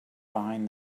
behind